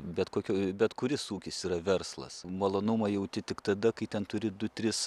bet kokių bet kuris ūkis yra verslas malonumą jauti tik tada kai ten turi du tris